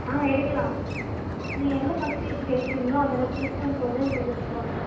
ஆ எடுக்கலாம் நீங்கள் எவ்வளோ பர்ஸன்டேஜுக்கு எடுக்கறிங்களோ அந்த அளவுக்கு டிஸ்கவுண்ட் போட்டு உங்கள்கிட்ட தருவாங்க